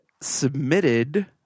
submitted